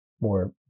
more